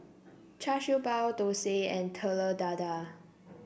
Char Siew Bao Dosa and Telur Dadah